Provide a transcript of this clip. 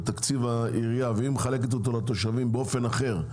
לתקציב העירייה והיא מחלקת אותו לתושבים באופן אחר,